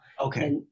Okay